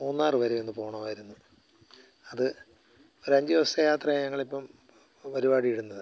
മൂന്നാർ വരെയൊന്ന് പോകണമായിരുന്നു അത് ഒരഞ്ചു ദിവസത്തെ യാത്രയാണ് ഞങ്ങളിപ്പം പരിപാടി ഇടുന്നത്